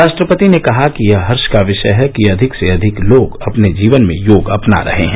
राष्ट्रपति ने कहा कि यह हर्ष का विषय है कि अधिक से अधिक लोग अपने जीवन में योग अपना रहे हैं